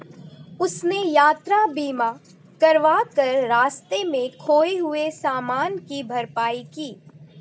उसने यात्रा बीमा करवा कर रास्ते में खोए हुए सामान की भरपाई की